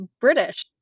British